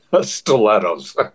Stilettos